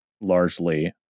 largely